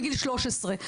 מגיל 13,